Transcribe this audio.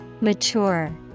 Mature